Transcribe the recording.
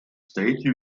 state